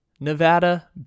Nevada